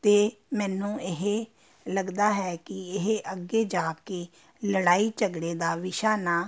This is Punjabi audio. ਅਤੇ ਮੈਨੂੰ ਇਹ ਲੱਗਦਾ ਹੈ ਕਿ ਇਹ ਅੱਗੇ ਜਾ ਕੇ ਲੜਾਈ ਝਗੜੇ ਦਾ ਵਿਸ਼ਾ ਨਾ